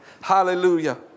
Hallelujah